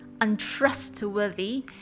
untrustworthy